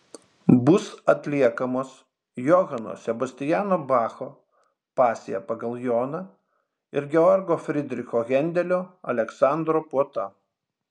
bus atliekamos johano sebastiano bacho pasija pagal joną ir georgo fridricho hendelio aleksandro puota